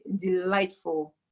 delightful